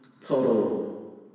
Total